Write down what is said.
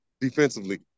defensively